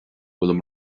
bhfuil